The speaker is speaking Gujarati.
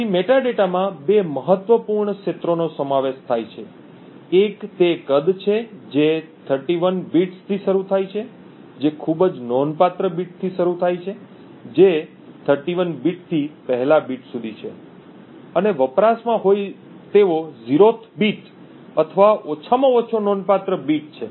તેથી મેટાડેટામાં બે મહત્વપૂર્ણ ક્ષેત્રોનો સમાવેશ થાય છે એક તે કદ છે જે 31 બિટ્સથી શરૂ થાય છે જે ખૂબ જ નોંધપાત્ર બીટથી શરૂ થાય છે જે 31 બીટથી પહેલા બીટ સુધી છે અને વપરાશમાં હોય તેવો 0th બીટ અથવા ઓછામાં ઓછો નોંધપાત્ર બીટ બીટ છે